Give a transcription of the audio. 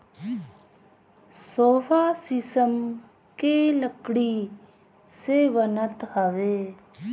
sofa शीशम के लकड़ी से बनत हवे